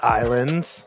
islands